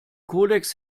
kodex